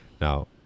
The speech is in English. Now